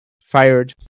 fired